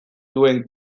duen